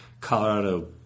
Colorado